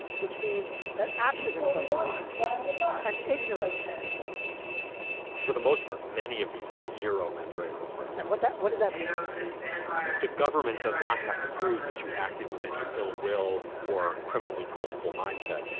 which means that accidents are no excuse and ignorance is no excuse for the most part many of these have zero mens rea required and what that what does that mean specifically? the government does not have to prove that you acted with any ill will. or criminally culpable mindset.